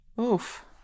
oof